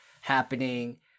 happening